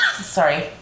sorry